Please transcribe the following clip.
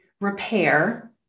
repair